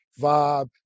vibe